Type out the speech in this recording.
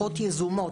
יזומות,